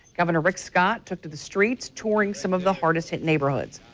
governor rick scott took to the streets touring some of the hardest hit neighborhoods.